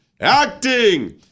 acting